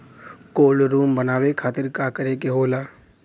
Cold room बनावे खातिर का करे के होला?